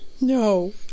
no